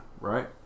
right